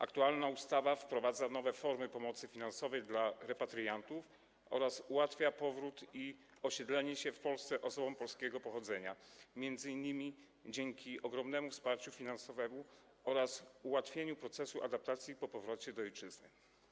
Aktualna ustawa wprowadza nowe formy pomocy finansowej dla repatriantów oraz ułatwia powrót i osiedlenie się w Polsce osobom polskiego pochodzenia, m.in. dzięki ogromnemu wsparciu finansowemu oraz ułatwieniom w procesie adaptacji po powrocie do ojczyzny.